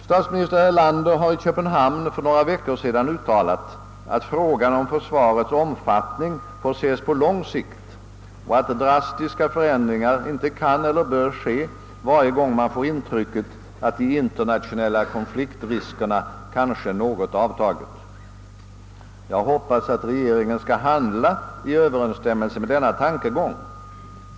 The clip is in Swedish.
Statsminister Erlander har i Köpenhamn för några veckor sedan uttalat, att frågan om försvarets omfattning får ses på lång sikt och att drastiska förändringar inte kan eller bör ske varje gång man får intrycket att de internationella konfliktriskerna kanske något avtagit. Jag hoppas, att regeringen skall handla i överensstämmelse med denna tankegång.